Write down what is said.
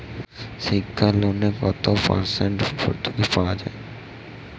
শিক্ষা লোনে কত পার্সেন্ট ভূর্তুকি পাওয়া য়ায়?